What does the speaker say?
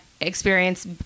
experience